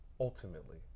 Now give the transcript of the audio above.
Ultimately